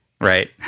Right